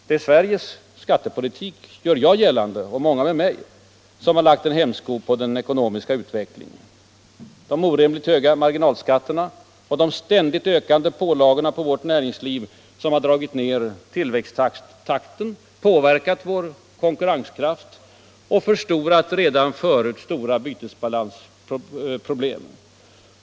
Det är Sveriges 4 februari 1976 skattepolitik — gör jag gällande, och många med mig — som lagt en hämsko på den ekonomiska utvecklingen. Det är de orimligt höga marginalskat — Allmänpolitisk terna och de ständigt ökande pålagorna på vårt näringsliv som dragit = debatt ned tillväxttakten, påverkat vår konkurrenskraft och förstorat redan förut stora bytesbalansproblem.